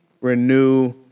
renew